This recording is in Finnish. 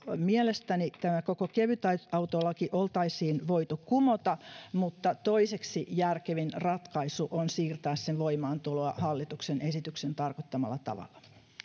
mielestäni tämä koko kevytautolaki oltaisiin voitu kumota mutta toiseksi järkevin ratkaisu on siirtää sen voimaantuloa hallituksen esityksen tarkoittamalla tavalla